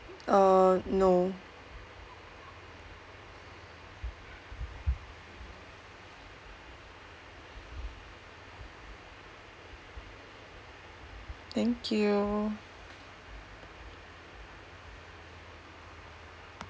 err no thank you